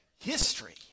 history